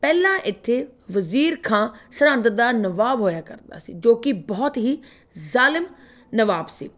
ਪਹਿਲਾਂ ਇੱਥੇ ਵਜ਼ੀਰ ਖਾਂ ਸਰਹੰਦ ਦਾ ਨਵਾਬ ਹੋਇਆ ਕਰਦਾ ਸੀ ਜੋ ਕਿ ਬਹੁਤ ਹੀ ਜ਼ਾਲਮ ਨਵਾਬ ਸੀ